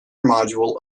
module